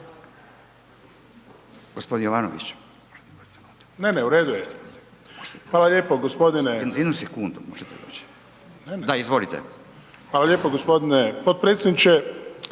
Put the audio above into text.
Hvala lijepo gospodine./...